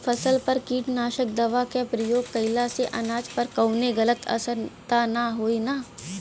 फसल पर कीटनाशक दवा क प्रयोग कइला से अनाज पर कवनो गलत असर त ना होई न?